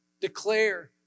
Declare